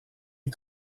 est